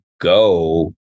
go